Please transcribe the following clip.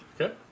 Okay